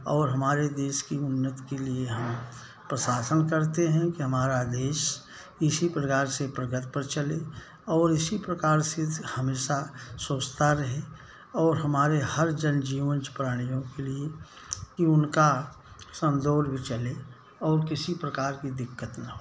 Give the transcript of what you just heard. और हमारे देश की उन्नति के लिए हम प्रशासन करते हैं कि हमारा देश इसी प्रकार से प्रगति पर चले और इसी प्रकार से हमेशा सोचता रहे और हमारे जन जीवन प्राणियों के लिए कि उनका समदौड़ भी चले और किसी प्रकार की दिक्कत ना हो